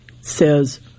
says